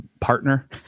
partner